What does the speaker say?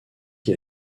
qui